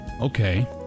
Okay